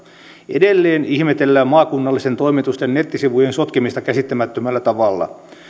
edelleen ihmetellään maakunnallisten toimitusten nettisivujen sotkemista käsittämättömällä tavalla